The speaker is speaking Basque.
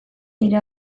nire